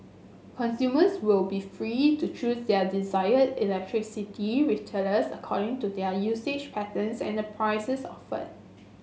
consumers will be free to choose their desired electricity retailers according to their usage patterns and the prices offered